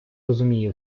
розуміє